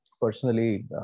Personally